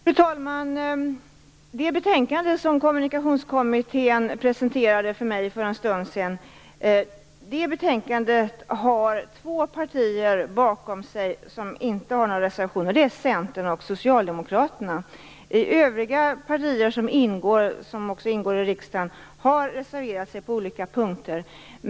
Fru talman! Två partier står bakom det betänkande som Kommunikationskommittén presenterade för mig för en stund sedan, nämligen Centern och Socialdemokraterna. Övriga partier som har deltagit i kommitténs arbete - partier som också finns representerade i riksdagen - har reserverat sig på olika punkter.